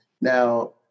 Now